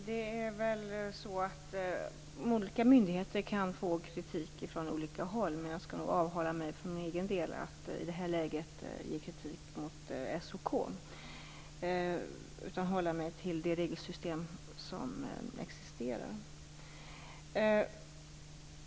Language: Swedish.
Fru talman! Olika myndigheter kan få kritik från olika håll, men jag skall nog för egen del avhålla mig från att i detta läge kritisera Statens haverikommission utan hålla mig till det regelsystem som existerar.